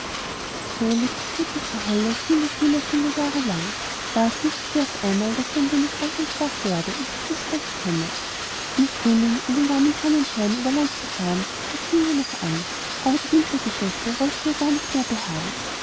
so lebte die gute frau holle viele viele viele jahre lang da fühlte sie auf einmal daß sie ein wenig alt und schwach werde und nicht mehr so recht fort könne im frühling und im warmen sonnenschein über land zu fahren das ging noch an aber die wintergeschäfte wollten ihr gar nicht mehr behagen